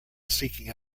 seeking